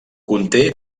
conté